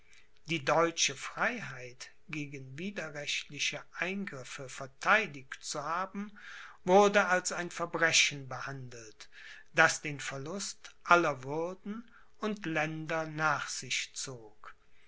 die deutsche freiheit gegen widerrechtliche eingriffe vertheidigt zu haben wurde als ein verbrechen behandelt das den verlust aller würden und länder nach sich zog